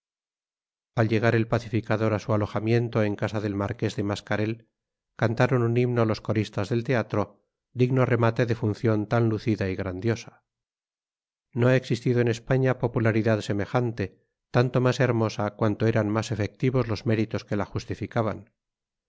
al llegar el pacificador a su alojamiento en casa del marqués de mascarell cantaron un himno los coristas del teatro digno remate de función tan lucida y grandiosa no ha existido en españa popularidad semejante tanto más hermosa cuanto eran más efectivos los méritos que la justificaban